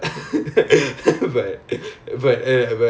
!aiya!